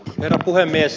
herra puhemies